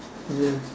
ya